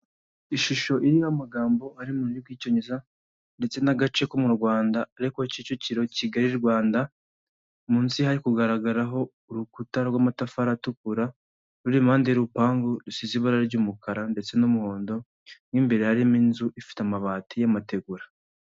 Ishusho iriho amagambo ari mu rurimi rw'Icyongereza ndetse n'agace ko mu Rwanda ariko Kicukiro Kigali Rwanda munsi hari kugaragaraho urukuta rw'amatafari atukura ruri impande y'urupangu rusize ibara ry'umukara ndetse n'umuhondo mo imbere harimo inzu ifite amabati y'amategura.